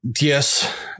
Yes